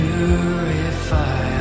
Purify